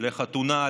לחתונה,